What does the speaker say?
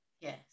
Yes